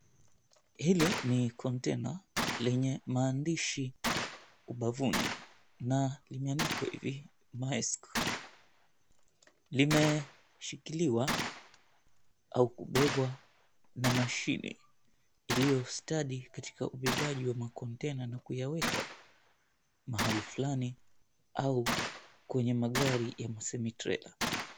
Hili ni kontena, lenye maandishi ubavuni na imeandikwa hivi, MAERSK. Limeshikiliwa au kubebwa na mashine, iliyo stadi katika ubebaji wa makontena na kuyaweka mahali fulani au kwenye magari ya Semi-Trailer.